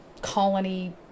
colony